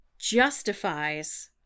justifies